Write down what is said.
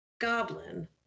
Goblin